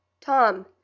Tom